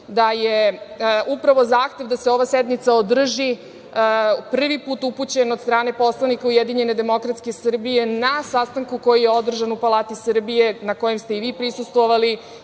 da je upravo zahtev da se ova sednica održi prvi put upućen od strane poslanika Ujedinjene demokratske Srbije na sastanku koji je održan u Palati Srbije, na kojem ste i vi prisustvovali